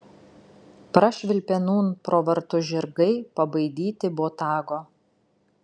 prašvilpė nūn pro vartus žirgai pabaidyti botago